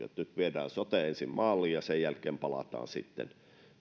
nyt viedään sote ensin maaliin ja sen jälkeen palataan siihen